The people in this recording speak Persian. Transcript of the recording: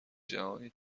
جهانی